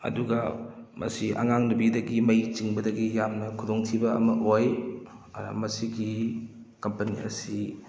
ꯑꯗꯨꯒ ꯃꯁꯤ ꯑꯉꯥꯡ ꯅꯨꯄꯤꯗꯒꯤ ꯃꯩ ꯆꯤꯡꯕꯗꯒꯤ ꯌꯥꯝꯅ ꯈꯨꯗꯣꯡꯊꯤꯕ ꯑꯃ ꯑꯣꯏ ꯑꯗꯨꯅ ꯃꯁꯤꯒꯤ ꯀꯝꯄꯅꯤ ꯑꯁꯤ